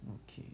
okay